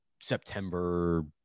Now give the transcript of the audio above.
September